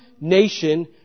nation